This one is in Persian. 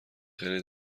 خیلی